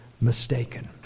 mistaken